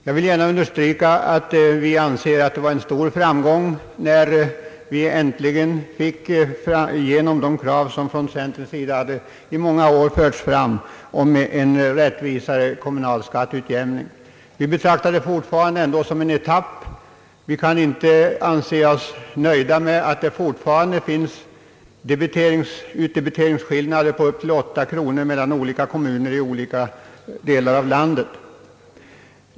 Jag vill gärna understryka att vi anser att det var en stor framgång när vi ;äntligen fick igenom de krav som från centerns sida under många år framförts om en rättvisare kommunal skatteutjämning. Vi betraktar det emellertid fortfarande som en etapp. Vi kan inte anse oss nöjda med att det fortfarande finns utdebiteringsskillnader på upp till 8 kronor mellan olika kommuner i olika delar av landet.